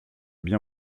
bien